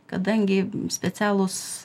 kadangi specialūs